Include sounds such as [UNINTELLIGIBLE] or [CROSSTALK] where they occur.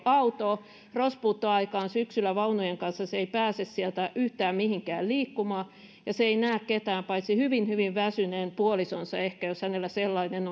autoa ja joka rospuuttoaikaan syksyllä vaunujen kanssa ei pääse sieltä yhtään mihinkään liikkumaan eikä näe ketään paitsi hyvin hyvin väsyneen puolisonsa ehkä jos hänellä sellainen [UNINTELLIGIBLE]